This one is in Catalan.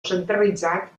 centralitzat